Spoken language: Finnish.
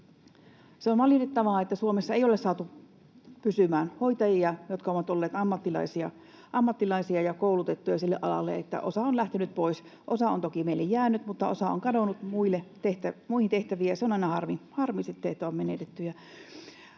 on valitettavaa, että Suomessa ei ole saatu pysymään hoitajia, jotka ovat olleet ammattilaisia ja koulutettuja sille alalle. Osa on lähtenyt pois — osa on toki meille jäänyt, mutta osa on kadonnut muihin tehtäviin, ja se on aina harmi, että on menetetty.